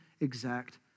exact